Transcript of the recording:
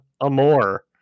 Amore